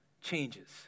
changes